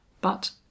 but—